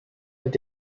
mit